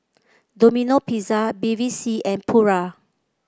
Domino Pizza Bevy C and Pura